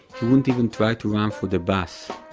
he wouldn't even try to run for the bus.